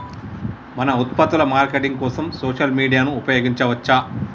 మన ఉత్పత్తుల మార్కెటింగ్ కోసం సోషల్ మీడియాను ఉపయోగించవచ్చా?